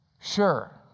Sure